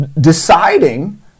deciding